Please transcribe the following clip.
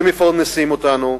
שמפרנסים אותנו,